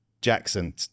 Jackson